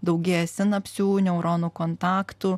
daugėja sinapsių neuronų kontaktų